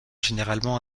généralement